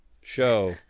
show